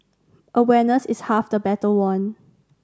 awareness is half the battle won